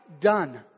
done